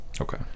Okay